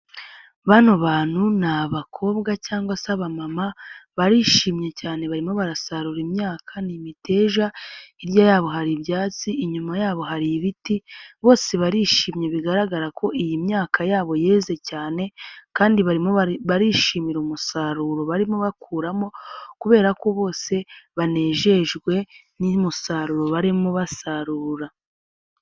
Bano bantu ni abakobwa cyangwa se aba mama barishimye cyane barimo barasarura imyaka n'imiteja hirya yabo hari ibyatsi inyuma yabo hari ibiti bose barishimye bigaragara ko iyi myaka yabo yeze cyane kandi barishimira umusaruro barimo bakuramo kubera ko bose banejejwe n'umusaruro barimo basarura.